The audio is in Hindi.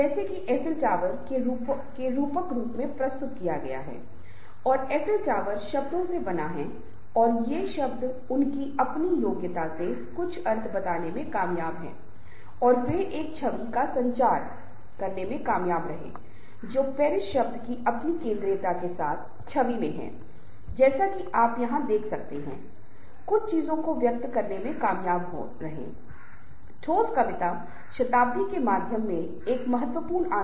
तो यह वास्तव में बहुत ही रोचक है कि यह एक ऐसा क्षेत्र है जहाँ लोग मेरे द्वारा बताए गए क्षेत्र में काम करना चाहेंगे क्योंकि इन क्षेत्रों में हमेशा किसी न किसी प्रकार के समूह की आवश्यकता होती है जहाँ लोग काम कर सकें और लोग उदाहरण के लिए कह सकें यह भी समान रूप से है मनोविज्ञान समाजशास्त्र और संचार अध्ययन जैसे क्षेत्र में बहुत महत्वपूर्ण है